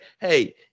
Hey